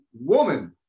Woman